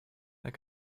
that